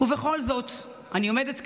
ובכל זאת, אני עומדת כאן,